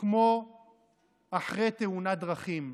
כמו אחרי תאונת דרכים.